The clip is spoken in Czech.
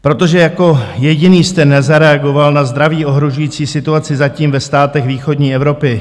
Protože jako jediný jste nezareagoval na zdraví ohrožující situaci zatím ve státech východní Evropy